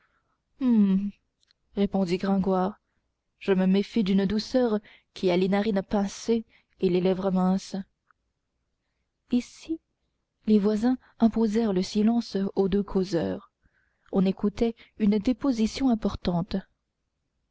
répondit gringoire je me méfie d'une douceur qui a les narines pincées et les lèvres minces ici les voisins imposèrent silence aux deux causeurs on écoutait une déposition importante